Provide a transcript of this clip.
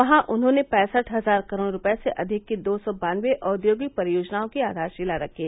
वहां उन्होंने पैंसठ हजार करोड़ रूपये से अधिक की दो सौ बानबे औद्योगिक परियोजनाओं की आधारशिला रखी